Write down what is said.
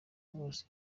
bose